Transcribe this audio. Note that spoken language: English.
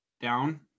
down